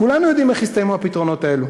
כולנו יודעים איך הסתיימו הפתרונות האלו,